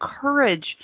courage